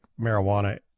marijuana